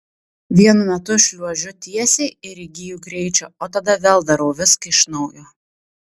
vienu metu šliuožiu tiesiai ir įgyju greičio o tada vėl darau viską iš naujo